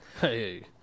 hey